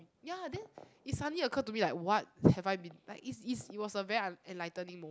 ya then it suddenly occurred to me like what have I been like is is it was a very en~ enlightening moment